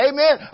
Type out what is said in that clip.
Amen